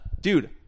Dude